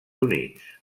units